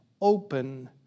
open